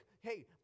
hey